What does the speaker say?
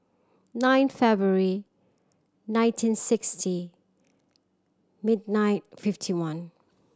nine February nineteen sixty mid nine fifty one